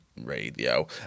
radio